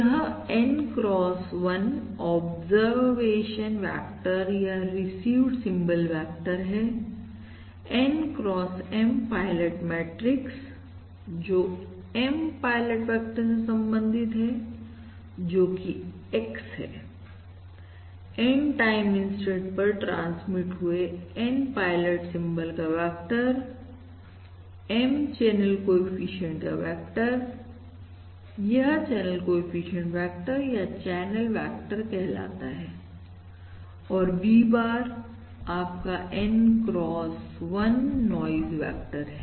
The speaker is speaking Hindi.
यह N x 1 ऑब्जर्वेशन वेक्टर या रिसीवड सिंबल वेक्टर है N x M pilot matrix जो M पायलट वेक्टर से संबंधित है जोकि X है N टाइम इंस्टेंट पर ट्रांसमिट हुए M पायलट सिंबल का वेक्टर M चैनल कोएफिशिएंट का वेक्टर यह चैनल कोएफिशिएंट वेक्टर या चैनल वेक्टर कहलाता है और V bar आपका N x 1 नॉइज वेक्टर है